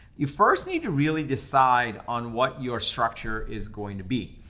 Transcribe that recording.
you first need to really decide on what your structure is going to be.